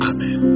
Amen